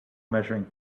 measuring